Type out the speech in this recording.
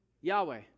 Yahweh